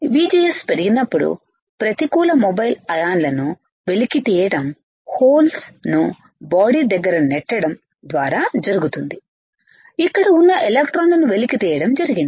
VGS పెరిగినప్పుడు ప్రతికూల mobile అయాన్లను వెలికి తీయడం హోల్స్ న్లు బాడీ దగ్గర నెట్టడం ద్వారా జరుగుతుంది ఇక్కడ ఉన్న ఎలక్ట్రాన్లను వెలికి తీయటం జరిగింది